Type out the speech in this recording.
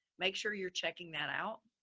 make sure you're checking that out.